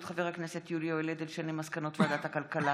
חבר הכנסת יולי יואל אדלשטיין על מסקנות ועדת הכלכלה